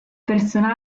personale